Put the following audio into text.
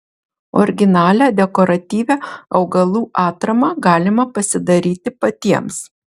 originalią dekoratyvią augalų atramą galima pasidaryti patiems